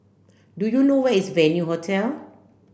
do you know where is Venue Hotel